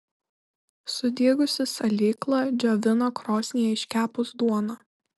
sudygusį salyklą džiovina krosnyje iškepus duoną